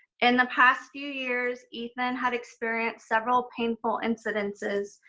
in the past few years, ethan had experienced several painful incidences,